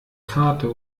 karte